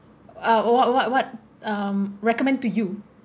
uh oh what what what um recommend to you